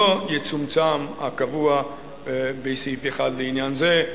שלא יצומצם הקבוע בסעיף 1 לעניין זה,